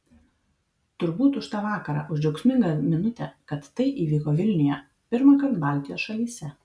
turbūt už tą vakarą už džiaugsmingą minutę kad tai įvyko vilniuje pirmąkart baltijos šalyse